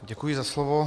Děkuji za slovo.